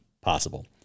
possible